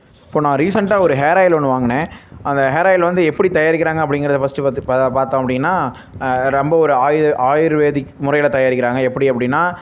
இப்போது நான் ரீசெண்ட்டாக ஒரு ஹேர் ஆயில் ஒன்று வாங்கினேன் அந்த ஹேர் ஆயில் வந்து எப்படி தயாரிக்கிறாங்க அப்படிங்கிறத ஃபஸ்ட் வந்து பா பார்த்தோம் அப்படின்னா ரொம்ப ஒரு ஆயுர் ஆயுர்வேதிக் முறையில் தயாரிக்கிறாங்க எப்படி அப்படின்னா